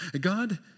God